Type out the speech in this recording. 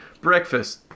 breakfast